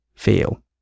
feel